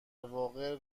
واقع